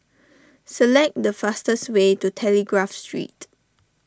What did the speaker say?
select the fastest way to Telegraph Street